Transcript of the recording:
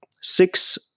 six